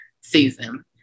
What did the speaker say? season